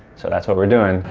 so that's what we're doing.